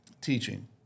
teaching